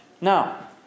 Now